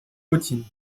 routine